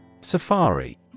Safari